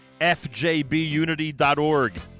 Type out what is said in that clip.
fjbunity.org